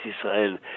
Israel